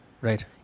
Right